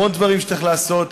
המון דברים שצריך לעשות,